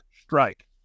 strike